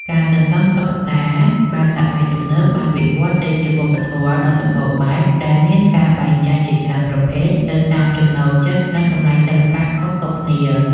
ការសន្សំតុក្កតាបែបសម័យទំនើបបានវិវត្តន៍ទៅជាវប្បធម៌ដ៏សម្បូរបែប ដែលមានការបែងចែកជាច្រើនប្រភេទទៅតាមចំណូលចិត្ត និងតម្លៃសិល្បៈខុសៗគ្នា។